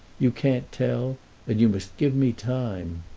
you can't tell, and you must give me time.